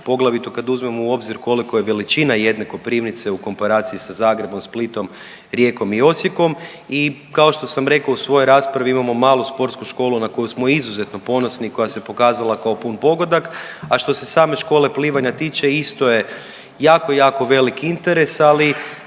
poglavito kada uzmemo u obzir koliko je veličina jedne Koprivnice u komparaciji sa Zagrebom, Splitom, Rijekom i Osijekom i kao što sam rekao u svojoj raspravi imamo malu sportsku školu na koju smo izuzetno ponosni i koja se pokazala kao pun pogodak. A što se same škole plivanja tiče isto je jako, jako velik interes ali